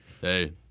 Hey